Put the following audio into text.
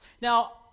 Now